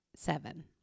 seven